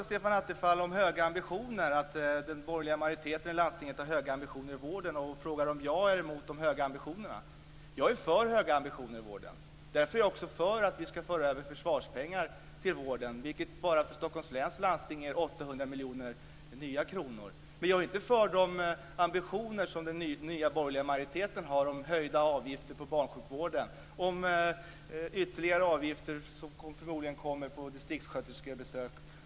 Stefan Attefall pratade om att den borgerliga majoriteten i landstinget har höga ambitioner när det gäller vården. Han frågar om jag är mot de höga ambitionerna. Jag är för höga ambitioner när det gäller vården. Därför är jag för att vi skall föra över försvarspengar till vården. Det skulle bara för Stockholms läns landsting innebära 800 miljoner nya kronor. Men jag är inte för de ambitioner som den nya borgerliga majoriteten har när det gäller höjda avgifter för barnsjukvården och ytterligare avgifter som förmodligen kommer för besök hos distriktssköterska och annat.